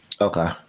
Okay